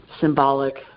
symbolic